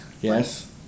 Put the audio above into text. Yes